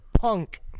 punk